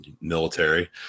military